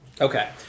Okay